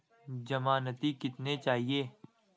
ज़मानती कितने चाहिये?